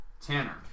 Tanner